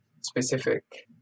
specific